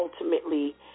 ultimately